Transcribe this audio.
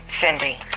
Cindy